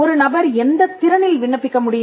ஒரு நபர் எந்தத் திறனில் விண்ணப்பிக்க முடியும்